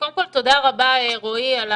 קודם כל תודה רבה, רועי, על